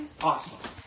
Awesome